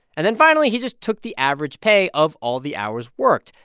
and then finally, he just took the average pay of all the hours worked.